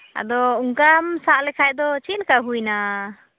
ᱟᱫᱚ ᱚᱱᱠᱟᱢ ᱥᱟᱵ ᱞᱮᱠᱷᱟᱱ ᱫᱚ ᱪᱮᱫ ᱞᱮᱠᱟ ᱦᱩᱭ ᱮᱱᱟ